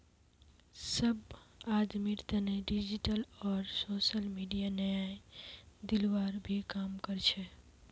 सब आदमीर तने डिजिटल आर सोसल मीडिया न्याय दिलवार भी काम कर छे